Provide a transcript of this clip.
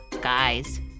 Guys